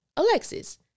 Alexis